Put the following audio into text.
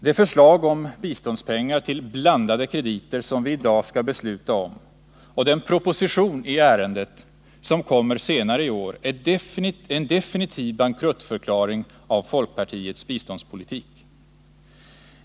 Det förslag om biståndspengar till blandade krediter som vi i dag skall besluta om och den proposition i ärendet som kommer senare i år är en definitiv bankruttförklaring av folkpartiets biståndspolitik.